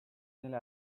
nelle